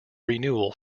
renewal